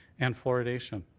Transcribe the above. and fluoridation.